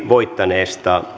voittaneesta